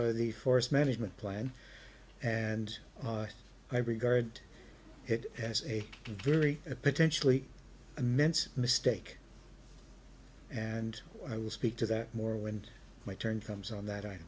the forest management plan and i regard it as a very potentially immense mistake and i will speak to that more when my turn comes on that